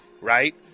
right